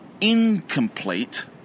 incomplete